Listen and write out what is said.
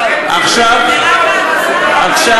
עכשיו